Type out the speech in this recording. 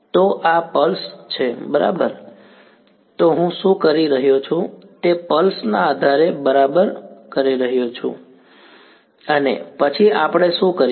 તો આ પલ્સ છે બરાબર તો હું શું કરી રહ્યો છું તે પલ્સ આધારે બરાબર કરી રહ્યો છું અને પછી આપણે શું કરીએ